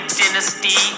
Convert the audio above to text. dynasty